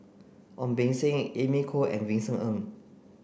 Ong Beng Seng Amy Khor and Vincent Ng